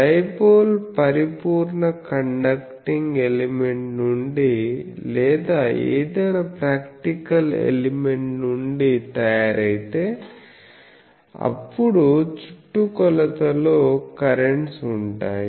dipole పరిపూర్ణ conducting element నుండి లేదా ఏదైనా ప్రాక్టికల్ ఎలిమెంట్ నుండి తయారైతే అప్పుడు చుట్టుకొలతలో కరెంట్స్ ఉంటాయి